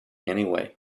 anyway